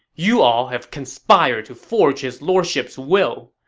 you all have conspired to forge his lordship's will,